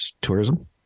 tourism